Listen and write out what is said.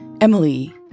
Emily